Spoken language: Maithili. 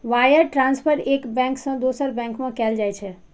वायर ट्रांसफर एक बैंक सं दोसर बैंक में कैल जाइ छै